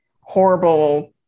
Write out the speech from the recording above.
horrible